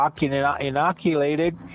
inoculated